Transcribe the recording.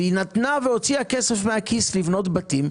היא נתנה והוציאה כסף מהכיס לבנות בתים,